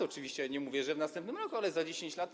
Oczywiście ja nie mówię, że w następnym roku, ale za 10 lat.